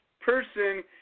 person